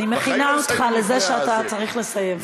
אני מכינה אותך לזה שאתה צריך לסיים.